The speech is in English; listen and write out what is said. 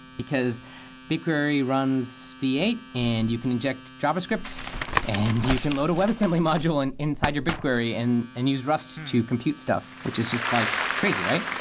because bigquery runs v eight and you can inject javascript and you can load a webassembly module and inside your bigquery and and use rust to compute stuff, which is just like crazy, right?